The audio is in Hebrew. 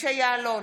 משה יעלון,